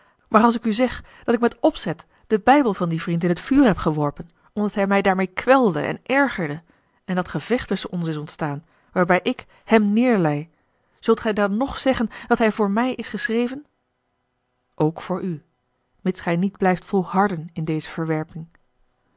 maar als ik u zeg dat ik met opzet den bijbel van dien vriend in het vuur heb geworpen omdat hij mij daarmeê kwelde en ergerde en dat gevecht tusschen ons is ontstaan waarbij ik hem neêrleî zult gij dan ng zeggen dat hij voor mij is geschreven ook voor u mits gij niet blijft volharden in deze verwerping